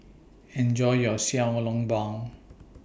Enjoy your Xiao Long Bao